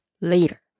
later